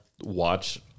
watch